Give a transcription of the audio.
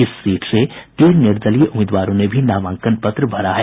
इस सीट से तीन निर्दलीय उम्मीदवारों ने भी नामांकन पत्र भरा है